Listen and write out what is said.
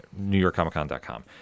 NewYorkComicCon.com